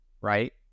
right